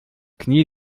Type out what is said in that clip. knie